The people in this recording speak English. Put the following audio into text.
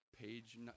page